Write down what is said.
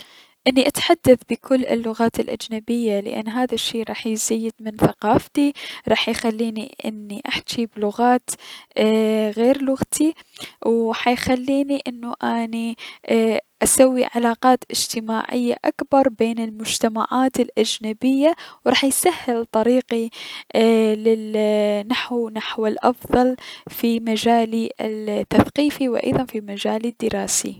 اني اتحدث بجميع لغات الأجنبية حتى ازيد من ثقافتي الي حيخليني احجي بلغات اي- غير لغتي و حيخليني انو اني اسوي علاقات اجتماعية اكثر بين المجتمعات الأجنبية و راح يسهل طريقي ايي- لل نحو نحو الأفضل في مجالي التثقيفي و ايضا في مجالي الدراسي.